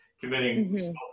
committing